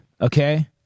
okay